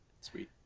Sweet